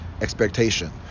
expectation